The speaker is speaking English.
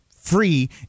free